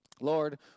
Lord